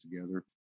together